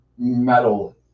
Metal